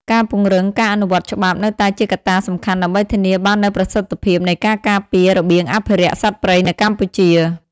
ការពង្រឹងការអនុវត្តច្បាប់នៅតែជាកត្តាសំខាន់ដើម្បីធានាបាននូវប្រសិទ្ធភាពនៃការការពាររបៀងអភិរក្សសត្វព្រៃនៅកម្ពុជា។